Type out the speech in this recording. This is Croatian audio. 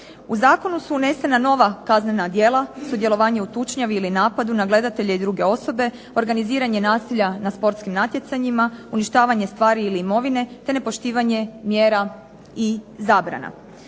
U zakonu su unesena nova kaznena djela: sudjelovanje u tučnjavi ili napadu na gledatelje ili druge osobe, organiziranje nasilja na sportskim natjecanjima, uništavanje stvari ili imovine te nepoštivanje mjera i zabrana.